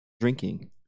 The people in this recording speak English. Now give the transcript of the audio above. drinking